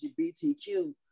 LGBTQ